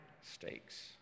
stakes